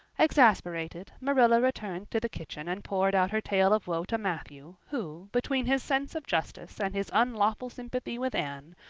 exasperated, marilla returned to the kitchen and poured out her tale of woe to matthew, who, between his sense of justice and his unlawful sympathy with anne,